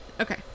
okay